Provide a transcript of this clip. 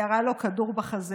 הוא ירה לו כדור בחזה.